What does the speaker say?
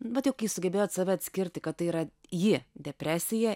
vat jau kai sugebėjot save atskirti kad tai yra ji depresija